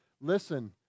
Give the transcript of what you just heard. listen